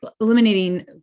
eliminating